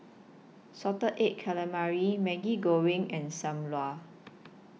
Salted Egg Calamari Maggi Goreng and SAM Lau